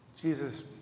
Jesus